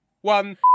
one